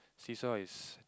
see saw is